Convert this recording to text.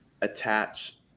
attach